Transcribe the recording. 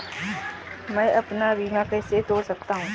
मैं अपना बीमा कैसे तोड़ सकता हूँ?